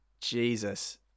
Jesus